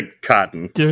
cotton